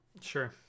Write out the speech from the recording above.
Sure